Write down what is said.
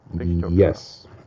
Yes